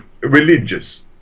religious